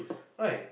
why